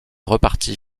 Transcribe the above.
repartit